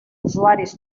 usuaris